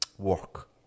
work